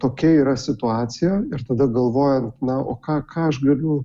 tokia yra situacija ir tada galvojant na o ką ką aš galiu